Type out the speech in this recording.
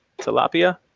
tilapia